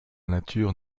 nature